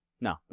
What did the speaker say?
No